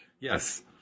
Yes